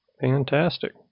Fantastic